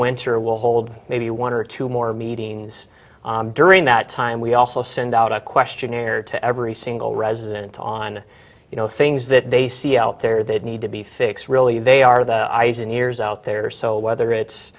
winter will hold maybe one or two more meetings during that time we also send out a questionnaire to every single resident on you know things that they see out there that need to be fixed really they are the eyes and ears out there so whether it's